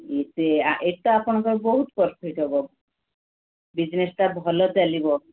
ଏତେ ଏଟା ଆପଣଙ୍କର ବହୁତ ପ୍ରଫିଟ୍ ହେବ ବିଜନେସ୍ଟା ଭଲ ଚାଲିବ